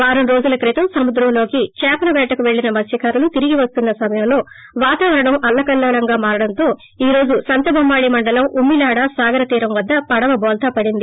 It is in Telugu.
వారం రోజుల క్రితం సముద్రంలోకి చేపల వేటకు పెల్లిన మత్స్కారులు తిరిగి వస్తున్న సమయంలో వాతావరణం అల్లకల్లోలంగా మారడంతో ఈ రోజు సంతబొమ్మాళి మండలం ఉమ్మిలాడ సాగర తీరం వద్ద పడవ బోల్తా పడింది